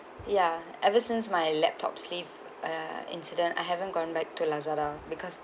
ya ever since my laptop sleeve uh incident I haven't gone back to Lazada because